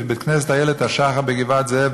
לבית-כנסת "איילת השחר" בגבעת-זאב,